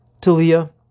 Talia